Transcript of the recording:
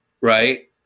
Right